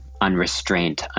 unrestrained